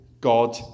God